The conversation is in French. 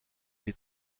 des